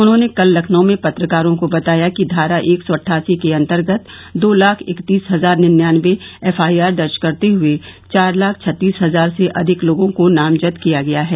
उन्होंने कल लखनऊ में पत्रकारों को बताया कि धारा एक सौ अट्ठासी के अन्तर्गत दो लाख इकतीस हजार निंयानवे एफआईआर दर्ज करते हुए चार लाख छत्तीस हजार से अधिक लोगों को नामजद किया गया है